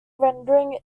rendering